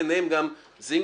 ביניהם גם זינגר,